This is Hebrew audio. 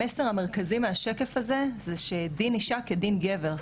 המסר המרכזי מהשקף הזה זה שדין אישה כדין גבר,